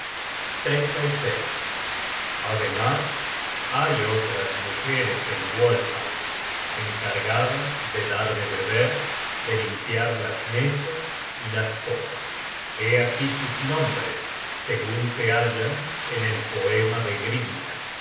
ademas hay otras mujeres en walhall encargadas de dar de beber de limpiar las mesas y las copas hé aquí sus nombres segun se hallan en el poema de grimner